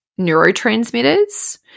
neurotransmitters